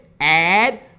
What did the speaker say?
add